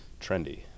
trendy